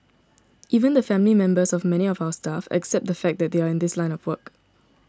even the family members of many of our staff accept the fact that they are in this line of work